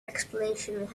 explanation